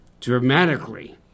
dramatically